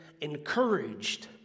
encouraged